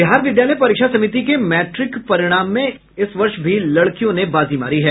बिहार विद्यालय परीक्षा समिति के मैट्रिक परिणाम में इस वर्ष हुई लड़कियों ने बाजी मारी है